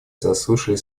заслушали